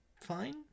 Fine